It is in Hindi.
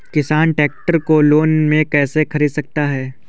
किसान ट्रैक्टर को लोन में कैसे ख़रीद सकता है?